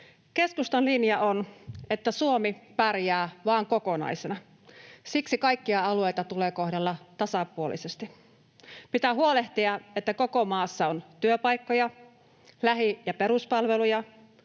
Keskustan linja on, että Suomi pärjää vain kokonaisena. Siksi kaikkia alueita tulee kohdella tasapuolisesti. Pitää huolehtia, että koko maassa on työpaikkoja, lähi- ja peruspalveluja,